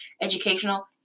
educational